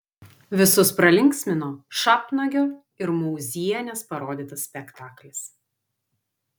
visus pralinksmino šapnagio ir mauzienės parodytas spektaklis